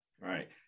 Right